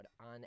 on